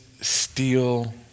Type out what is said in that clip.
steal